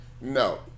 no